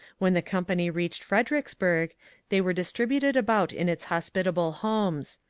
when the company reached fred ericksburg they were distributed about in its hospitable homes.